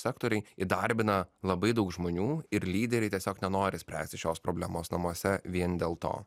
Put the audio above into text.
sektoriai įdarbina labai daug žmonių ir lyderiai tiesiog nenori spręsti šios problemos namuose vien dėl to